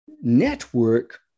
network